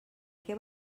què